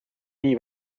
nii